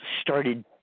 started